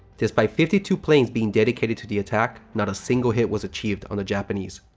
despite fifty two planes being dedicated to the attack, not a single hit was achieved on the japanese.